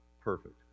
Perfect